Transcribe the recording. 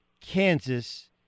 Kansas